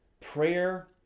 Prayer